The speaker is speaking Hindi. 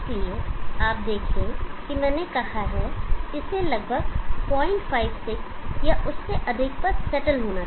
इसलिए आप देखें कि मैंने कहा है कि इसे लगभग 056 या उससे अधिक पर सेटल होना चाहिए